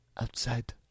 outside